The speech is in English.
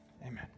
Amen